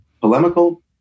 polemical